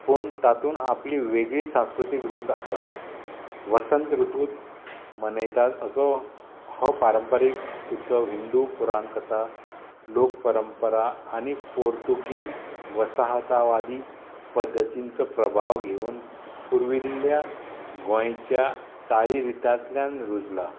पूण तातूंत आपली वेगळी सांस्कृतीक रूच आसा वसंत ऋतूंत मनयतात असो हो पारंपारीक उत्सव हिंदू पुराण कथा लोक परंपरा आनी पोर्तुगीज वसाहतावादी पद्दतींचो प्रभाव घेवन पुर्विल्ल्या गोंयच्या चाली रितांतल्यान रुजला